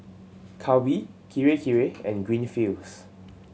Calbee Kirei Kirei and Greenfields